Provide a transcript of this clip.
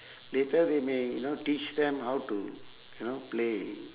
later they may you know teach them how to you know play